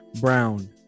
Brown